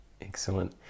Excellent